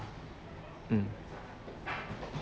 mm